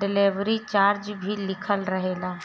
delivery charge भी लिखल रहेला